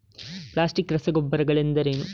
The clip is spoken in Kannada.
ಪ್ಲಾಸ್ಟಿಕ್ ರಸಗೊಬ್ಬರಗಳೆಂದರೇನು?